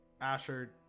Asher